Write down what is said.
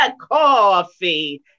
Coffee